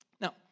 Now